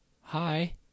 Hi